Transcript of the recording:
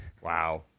Wow